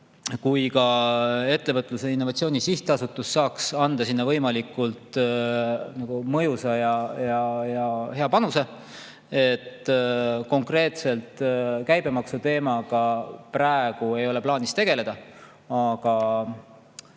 kui ka Ettevõtluse ja Innovatsiooni Sihtasutus anda sinna võimalikult mõjusa ja hea panuse? Konkreetselt käibemaksu teemaga praegu ei ole plaanis tegeleda, aga